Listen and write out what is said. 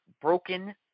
broken